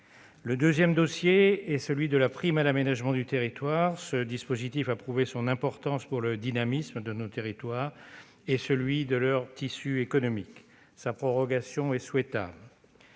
Le deuxième est celui de la prime à l'aménagement du territoire. Ce dispositif a prouvé son importance pour le dynamisme de nos territoires et celui de leur tissu économique. Sa prorogation est souhaitable.